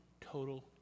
total